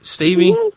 Stevie